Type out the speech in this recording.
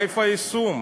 איפה היישום?